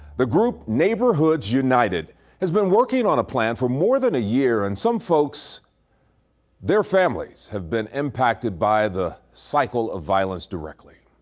the group neighborhoods united has been working on a plan for more than a year, and some folks their families have been impacted by the cycle of violence directly.